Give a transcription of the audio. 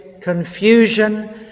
confusion